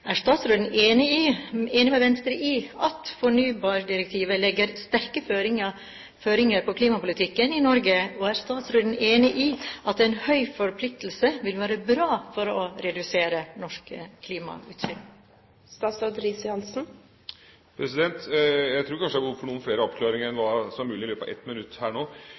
Er statsråden enig med Venstre i at fornybardirektivet legger sterke føringer på klimapolitikken i Norge? Og er statsråden enig i at en høy forpliktelse vil være bra for å redusere norske klimautslipp? Jeg tror jeg kanskje har behov for noen flere oppklaringer enn hva som er mulig i løpet av ett minutt her nå.